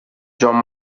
john